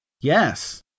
Yes